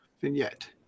vignette